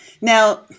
Now